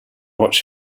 watch